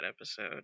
episode